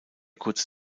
kurz